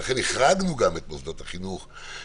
ולכן גם החרגנו את מוסדות החינוך,